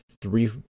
three